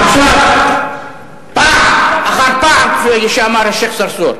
עכשיו, פעם אחר פעם, כפי שאמר השיח' צרצור.